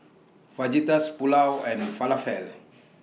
Fajitas Pulao and Falafel